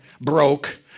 Broke